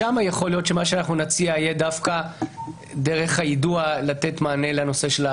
שם יכול להיות שמה שאנחנו נציע יהיה דווקא דרך היידוע לתת מענה לנושא.